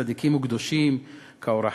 צדיקים וקדושים, כ"אור החיים"